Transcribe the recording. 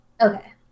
Okay